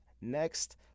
next